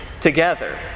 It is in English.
together